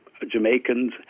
Jamaicans